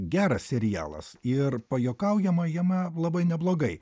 geras serialas ir pajuokaujama jame labai neblogai